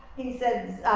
he says,